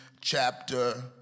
chapter